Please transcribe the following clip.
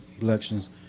elections